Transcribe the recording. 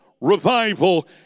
revival